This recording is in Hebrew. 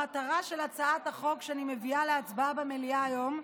המטרה של הצעת החוק שאני מביאה להצבעה במליאה היום,